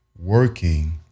working